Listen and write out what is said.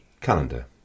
calendar